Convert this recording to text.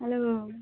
hello